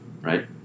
right